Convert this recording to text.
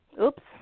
Oops